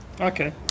Okay